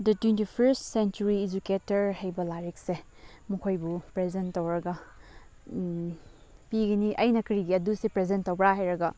ꯗꯤ twenty first century educator ꯍꯥꯏꯕ ꯂꯥꯏꯔꯤꯛꯁꯦ ꯃꯈꯣꯏꯕꯨ ꯄ꯭ꯔꯖꯦꯟ ꯇꯧꯔꯒ ꯄꯤꯒꯅꯤ ꯑꯩꯅ ꯀꯔꯤꯒꯤ ꯑꯗꯨꯁꯦ ꯄ꯭ꯔꯖꯦꯟ ꯇꯧꯕ꯭ꯔꯥ ꯍꯥꯏꯔꯒ